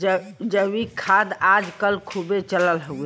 जैविक खाद आज कल खूबे चलन मे हउवे